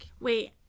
Wait